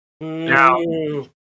Now